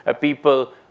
People